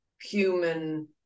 human